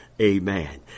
amen